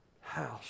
house